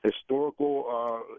historical